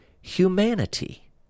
humanity